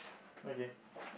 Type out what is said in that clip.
okay